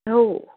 हो हो